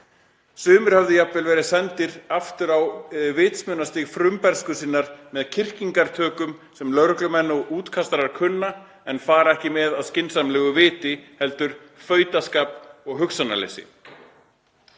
Sumir höfðu jafnvel verið sendir afturá vitsmunastig frumbernsku sinnar með kyrkingatökum sem lögreglumenn og útkastarar kunna en fara ekki með af skynsamlegu viti heldur fautaskap og hugsunarleysi.“